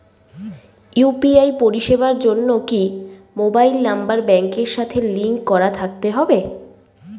UPI পরিষেবার জন্য কি মোবাইল নাম্বার ব্যাংকের সাথে লিংক করা থাকতে হবে?